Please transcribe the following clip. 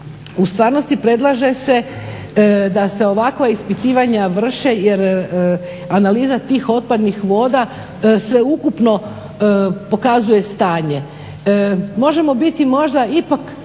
u stvarnosti predlaže se da se ovakva ispitivanja vrše jer analiza tih otpadnih voda sveukupno pokazuje stanje. Možemo biti možda ipak